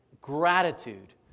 gratitude